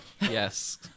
Yes